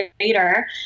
later